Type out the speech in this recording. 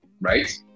Right